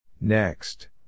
Next